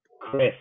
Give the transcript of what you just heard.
Chris